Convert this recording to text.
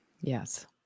Yes